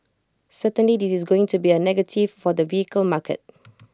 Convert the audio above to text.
certainly this is going to be A negative for the vehicle market